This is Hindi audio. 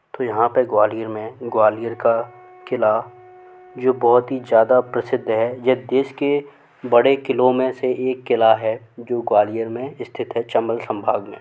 तो यहाँ पर ग्वालियर में ग्वालियर का क़िला जो बहुत ही ज़्यादा प्रसिद्ध है यह देश के बड़े क़िलों में से एक क़िला है जो ग्वालियर में स्थित है चंबल संभाग में